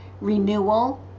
renewal